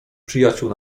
przyjaciół